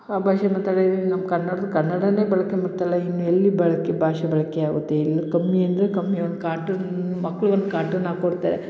ಆ ಭಾಷೆ ಮಾತಾಡೇ ನಮ್ಮ ಕನ್ನಡ್ದ ಕನ್ನಡವೇ ಬಳಕೆ ಮಾಡ್ತಾ ಇಲ್ಲ ಇನ್ನು ಎಲ್ಲಿ ಬಳಕೆ ಭಾಷೆ ಬಳಕೆ ಆಗುತ್ತೆ ಇನ್ನು ಕಮ್ಮಿ ಅಂದರೆ ಕಮ್ಮಿ ಒಂದು ಕಾರ್ಟೂನ್ ಮಕ್ಕಳು ಒಂದು ಕಾರ್ಟೂನ್ ಹಾಕೊಡ್ತಾರೆ